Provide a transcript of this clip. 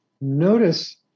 notice